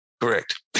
correct